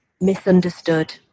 misunderstood